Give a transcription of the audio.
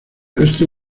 este